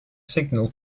signal